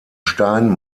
stein